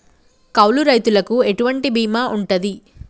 కౌలు రైతులకు ఎటువంటి బీమా ఉంటది?